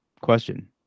question